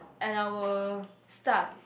and I will start